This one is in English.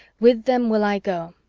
with them will i go.